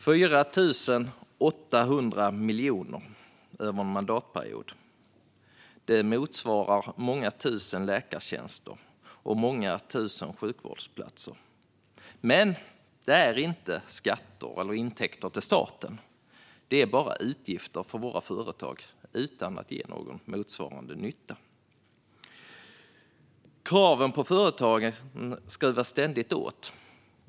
4 800 miljoner över en mandatperiod motsvarar många tusen läkartjänster och sjukvårdsplatser. Men detta är inte skatter eller intäkter till staten, utan det är bara utgifter för våra företag som inte ger någon motsvarande nytta. Kraven på företagen skruvas ständigt åt.